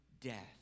death